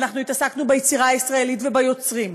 אנחנו התעסקנו ביצירה הישראלית וביוצרים,